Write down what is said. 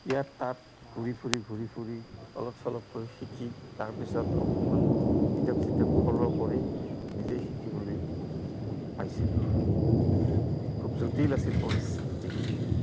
ইয়াত তাত ঘূৰি ফুৰি ঘূৰি ফুৰি অলপ চলপকৈ শিকি তাৰপিছত অকণমান কিতাপ চিতাপ ফ'ল' কৰি নিজেই শিকিবলৈ পাইছিলোঁ খুব জটিল আছিল পৰিস্থিতি